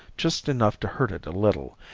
just enough to hurt it a little,